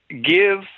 give